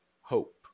Hope